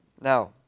Now